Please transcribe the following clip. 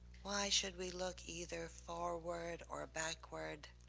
why should we look either forward or backward,